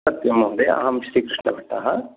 सत्यं महोदय अहं श्रीकृष्णभट्टः